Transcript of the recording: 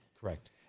Correct